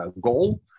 goal